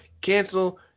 Cancel